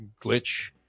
glitch